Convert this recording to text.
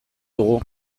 dugu